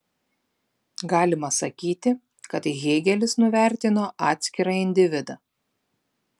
galima sakyti kad hėgelis nuvertino atskirą individą